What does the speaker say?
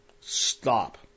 Stop